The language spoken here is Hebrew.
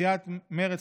סיעת מרצ,